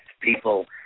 people